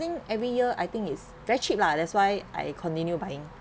think every year I think is very cheap lah that's why I continue buying